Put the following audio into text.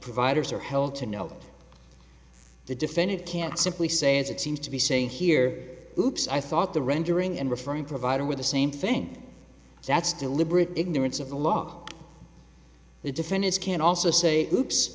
providers are held to know the defendant can't simply say is it seems to be saying here hoops i thought the rendering and referring provider were the same thing that's deliberate ignorance of the law the defendants can also say oops